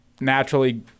naturally